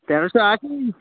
তেরোশো আশি